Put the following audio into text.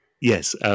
yes